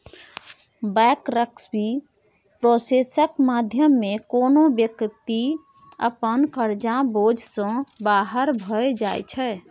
bankruptcy प्रोसेसक माध्यमे कोनो बेकती अपन करजाक बोझ सँ बाहर भए जाइ छै